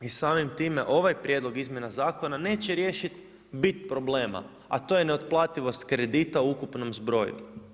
I samim time ovaj prijedlog izmjena zakona neće riješiti bit problema, a to je neotplativost kredita u ukupnom zbroju.